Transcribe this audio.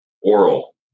oral